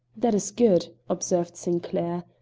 that is good, observed sinclair.